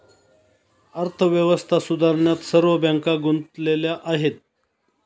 अर्थव्यवस्था सुधारण्यात सर्व बँका गुंतलेल्या आहेत